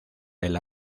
del